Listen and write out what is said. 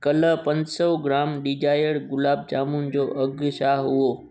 कल पंज सौ ग्राम डीजायर गुलाब जामुन जो अघु छा हुओ